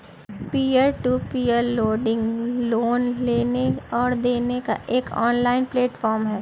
peer to peer lending loan लेने और देने का एक ऑनलाइन प्लेटफ़ॉर्म है